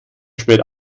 spät